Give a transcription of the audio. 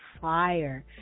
fire